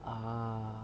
uh